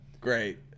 Great